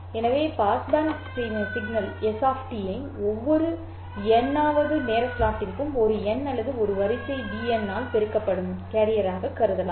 எனவே பாஸ்பேண்ட் சமிக்ஞை s ஐ ஒவ்வொரு n வது நேர ஸ்லாட்டிற்கும் ஒரு எண் அல்லது ஒரு வரிசை bn ஆல் பெருக்கப்படும் கேரியராக எழுதலாம்